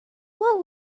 what